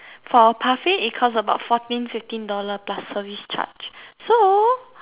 for a parfait it costs about fourteen fifteen dollar plus service charge so